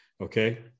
Okay